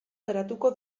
geratuko